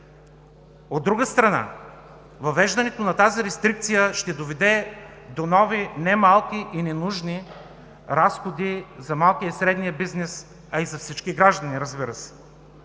От друга страна, въвеждането на тази рестрикция ще доведе до нови, немалки и ненужни разходи за малкия и средния бизнес, а и за всички граждани, разбира се.